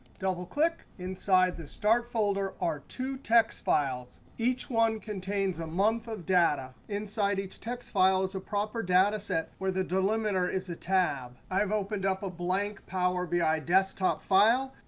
double-click. inside the start folder are two txt files. each one contains a month of data. inside each text file is a proper data set where the delimiter is a tab. i've opened up a blank power bi desktop file.